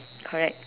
correct